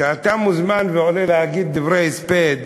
כשאתה מוזמן ועולה להגיד דברי הספד,